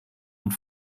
und